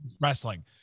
wrestling